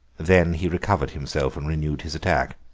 then he recovered himself and renewed his attack.